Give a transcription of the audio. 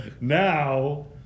now